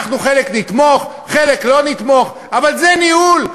בחלק נתמוך, בחלק לא נתמוך, אבל זה ניהול.